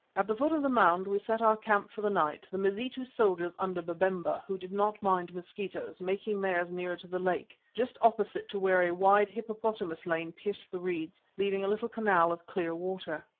at the foot of the mound we set our camp for the night, the mazitu soldiers under babemba, who did not mind mosquitoes, making theirs nearer to the lake, just opposite to where a wide hippopotamus lane pierced the reeds, leaving a little canal of clear water.